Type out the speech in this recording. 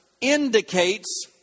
indicates